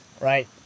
right